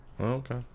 Okay